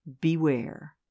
beware